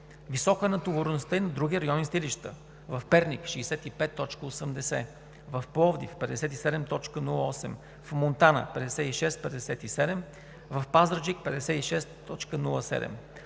Висока е натовареността и на други районни съдилища: в Перник – 65,90, в Пловдив – 57,08, в Монтана – 56,57, в Пазарджик – 56,07.